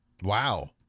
Wow